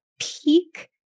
peak